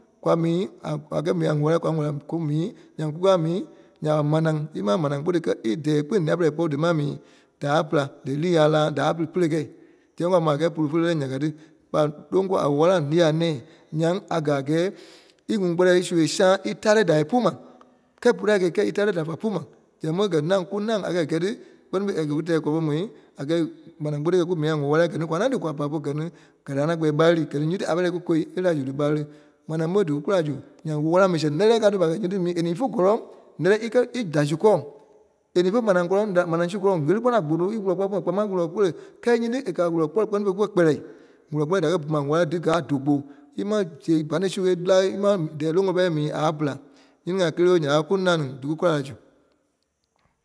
kwa mii a- a kɛ mii a ɣele-wala kwa wɛli ku mii nyaŋ kùkaa mii nya ɓa manaa. Í pa manaa tóu-ɓɔ kɛi, í dɛ́ɛ kpîŋ nîa-pɛlɛi pɔ́ dímaa mii daâi pela. Dílii a láa. Daâi pili pɛ́lɛ kɛi. Sɛŋ kwa mò maa a kɛ́ɛ pulu fe lɛ́lɛɛ-ní ya káa tí. ɓa loŋ kɔri a walaŋ lii a nɛ̃ɛ nyaŋ a kɛ́ a kɛɛ e ŋuŋ kpɔtɔ su a zaai é ítare da pu ma, kɛ́ɛ pulu a kɛ̀ íkɛi ítáre da fa pu ma. Zɛŋ ɓe naŋ, kunâŋ a kɛ́ gɛi tí kpɛ́ni fêi a kɛ́ ku tɛɛ kɔlɔ pɔrɔŋ mu a kɛ́ɛ manaa tóu-ɓɔ kú mii a ɣele-wàla kɛ-ní kwa naa li kwa pa polu kɛ́-ní- kɛ-ní a naa kpɛ́ɛ ɓa ɣili. Kɛ-ní nyíti a pai lɛɛ kù kwôi è lɛɛ la zu dí ɓa ɣili. Manaa ɓe dí kù kula zu. Nyaŋ ɣele-wàla mii sɛn lɛ́lɛɛ ka tí. Ya kɛ́ nyíti mii, a ní ífe kɔ́lɔŋ nɛ̀lɛɛ ikɛ- í da zu gɔ́ɔ. E ní ífe manaa kɔ́lɔŋ, da manaa su gɔ́ɔ e li nɔ́ a kpono íwulɔ gbɔlu gbɔlu pu ma kpaa máŋ wulɔ kole, kɛ́ɛ nyiti a kɛ a wùlɔ gbɔlu kpɛ́ni fêi kukɛ́ kpɛlɛɛ. Wùlɔ gbɔlu da káa bu ma ɣele-wàla díkɛ a dóu-ɓɔ. I máŋ zeɣe pani su è làa, í máŋ dɛ́ɛ ǹoloŋ pɔ́ a mii a pela. Nyiŋi-ŋai kélee ɓe nya ɓe kunâŋ ní díku kula la zu.